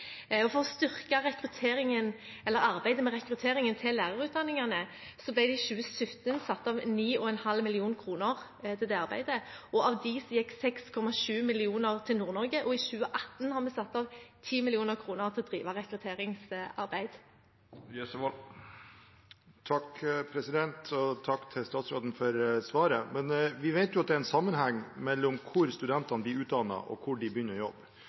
For å styrke arbeidet med rekrutteringen til lærerutdanningene ble det i 2017 satt av 9,5 mill. kr til det arbeidet, og av dette gikk 6,7 mill. kr til Nord-Norge. I 2018 har vi satt av 10 mill. kr til å drive rekrutteringsarbeid. Takk til statsråden for svaret. Vi vet jo at det er en sammenheng mellom hvor studentene blir utdannet, og hvor de begynner å jobbe.